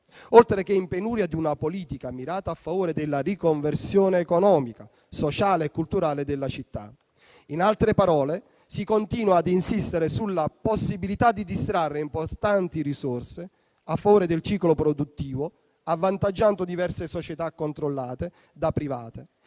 oltre che in penuria di una politica mirata a favore della riconversione economica, sociale e culturale della città. In altre parole, si continua ad insistere sulla possibilità di distrarre importanti risorse a favore del ciclo produttivo, avvantaggiando diverse società controllate da privati